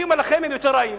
אני אומר לכם, יותר גרועים.